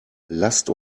lasst